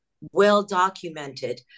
well-documented